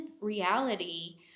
reality